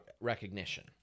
recognition